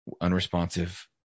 unresponsive